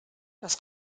das